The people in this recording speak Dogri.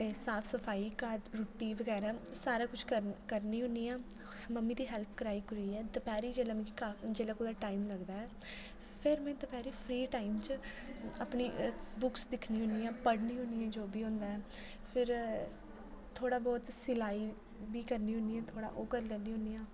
साफ सफाई घर दी रुट्टी बगैरा सारा कुछ कर करनी होनी आं मम्मी दी हेल्प कराई करूइयै दपैहरीं जेल्लै मिगी जेल्लै कुदै टाइम लगदा ऐ फिर में दपैहरीं फ्री टाइम च अपनी बुक्स दिक्खनी होनी आं पढ़नी होनी जो बी होंदा ऐ फिर थोह्ड़ा बहोत सिलाई बी करनी होनी आं थोह्ड़ा ओह् करी लैनी होनी आं